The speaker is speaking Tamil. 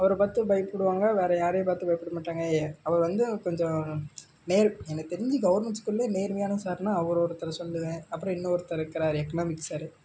அவரை பார்த்து பயப்படுவாங்க வேற யாரையும் பார்த்து பயப்பட மாட்டாங்க அவர் வந்து கொஞ்சம் எனக்கு தெரிஞ்சு கவர்மெண்ட் ஸ்கூல்லேயே நேர்மையான சாருனா அவர் ஒருத்தரை சொல்வேன் அப்புறம் இன்னொருத்தர் இருக்கிறாரு எக்கனாமிக்ஸ் சார்